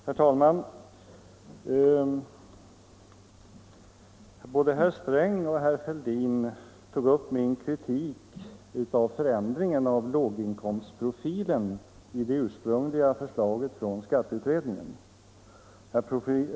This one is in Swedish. Herr talman! Både herr Sträng och herr Fälldin har tagit upp min kritik av förändringen av låginkomstprofilen i det ursprungliga förslaget från skatteutredningen.